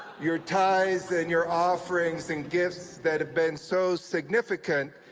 your tithes and your offerings and gifts that have been so significant.